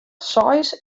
seis